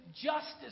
justice